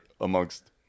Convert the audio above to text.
amongst